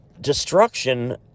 destruction